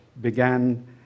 began